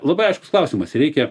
labai aiškus klausimas reikia